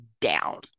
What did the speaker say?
down